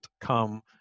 come